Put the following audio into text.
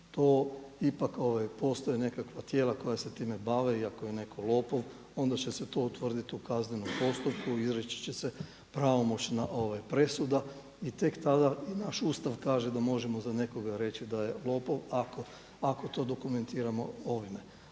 Ipak postoje nekakva tijela koja se time bave i ako je neko lopov onda će se to utvrditi u kaznenom postupku, izreći će se pravomoćna presuda i tek tada i naš Ustav kaže da možemo za nekoga reći da je lopov ako to dokumentiramo ovime.